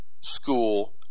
school